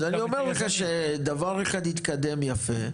--- אז אני אומר לך שדבר אחד התקדם יפה,